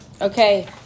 Okay